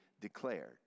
declared